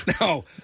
No